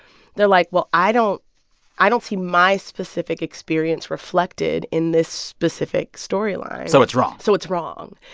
they're, like, well, i don't i don't see my specific experience reflected in this specific storyline so it's wrong so it's wrong.